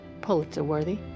Pulitzer-worthy